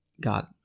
God